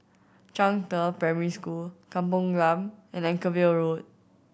Zhangde Primary School Kampung Glam and Anchorvale Road